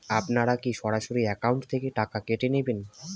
আপনারা কী সরাসরি একাউন্ট থেকে টাকা কেটে নেবেন?